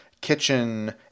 kitchen